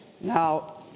Now